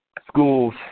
schools